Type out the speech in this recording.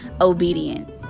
obedient